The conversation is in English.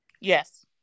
yes